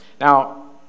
Now